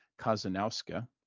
Kazanowska